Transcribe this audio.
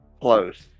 close